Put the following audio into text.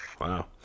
Wow